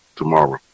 tomorrow